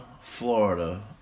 Florida